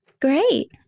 Great